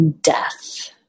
death